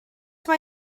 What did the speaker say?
mae